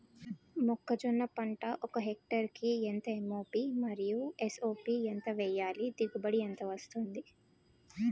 మొక్కజొన్న పంట ఒక హెక్టార్ కి ఎంత ఎం.ఓ.పి మరియు ఎస్.ఎస్.పి ఎంత వేయాలి? దిగుబడి ఎంత వస్తుంది?